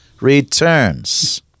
returns